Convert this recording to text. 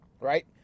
Right